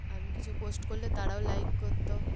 আমি কিছু পোস্ট করলে তারাও লাইক করত